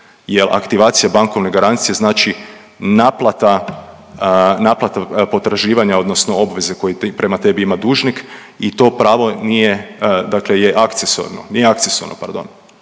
aktivacija bankovne garancije znači naplata potraživanja odnosno obveze koje prema tebi ima dužnik i to pravo nije je akcesorno